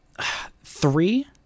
three